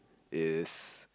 is